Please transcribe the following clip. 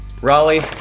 Raleigh